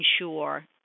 ensure